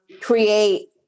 create